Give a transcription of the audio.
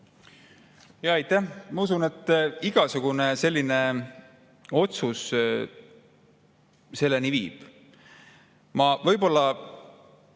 Aitäh! Ma usun, et igasugune selline otsus selleni viib. Ma võib-olla